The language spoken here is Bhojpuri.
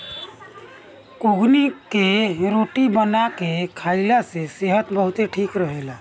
कुगनी के रोटी बना के खाईला से सेहत बहुते ठीक रहेला